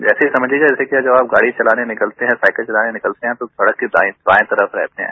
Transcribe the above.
जैसे समझ लीजिये कि जैसे कि जब आप गाड़ी चलाने निकलते हैं साइकिल चलाने निकलते हैं तो सड़क के बायें तरफ रहते हैं